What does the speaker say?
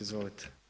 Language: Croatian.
Izvolite.